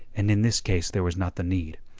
and in this case there was not the need.